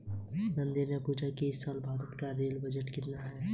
नंदनी ने पूछा कि इस साल भारत का रेल बजट कितने का है?